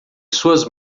suas